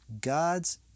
God's